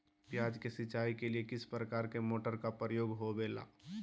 प्याज के सिंचाई के लिए किस प्रकार के मोटर का प्रयोग होवेला?